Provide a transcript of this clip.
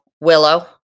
Willow